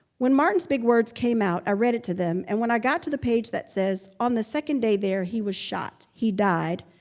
when martin's big words came out, i read it to them, and when i got to the page that says, on the second day there, he was shot. he died,